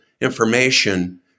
information